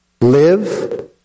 Live